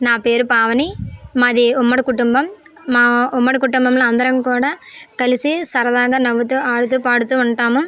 నా పేరు పావని మాది ఉమ్మడి కుటుంబం మా ఉమ్మడి కుటుంబంలో అందరం కూడా కలిసి సరదాగా నవ్వుతూ ఆడుతూ పాడుతూ ఉంటాము